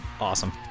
Awesome